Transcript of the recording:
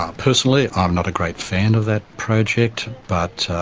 personally i'm not a great fan of that project but,